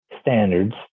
standards